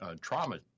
trauma